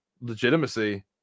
legitimacy